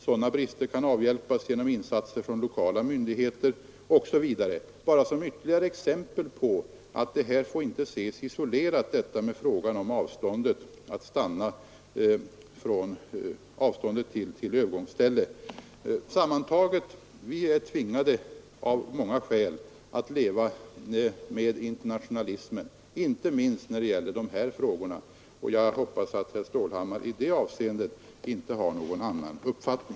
Sådana brister kan avhjälpas genom insatser från lokala myndigheter osv. — Detta bara som ytterligare exempel på att frågan om avståndet till övergångsstället inte får ses isolerad. Sammantaget vill jag säga: vi är av många skäl tvingade att leva med internationalismen, inte minst när det gäller de här frågorna. Jag hoppas att herr Stålhammar i det avseendet inte har någon annan uppfattning.